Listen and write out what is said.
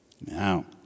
Now